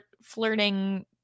flirting